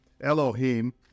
Elohim